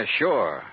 sure